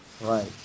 right